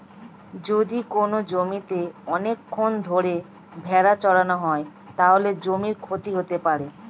যদি কোনো জমিতে অনেকক্ষণ ধরে ভেড়া চড়ানো হয়, তাহলে জমির ক্ষতি হতে পারে